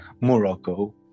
Morocco